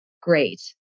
great